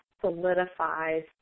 solidifies